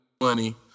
money